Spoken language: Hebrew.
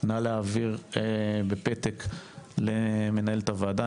נא להעביר בפתק למנהלת הוועדה.